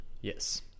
Yes